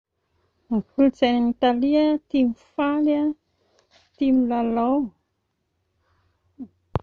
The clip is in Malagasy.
Ny kolotsain'Italia a tia mifaly a, tia milalao